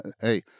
hey